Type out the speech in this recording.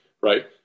right